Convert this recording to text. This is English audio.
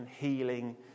healing